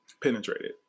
penetrated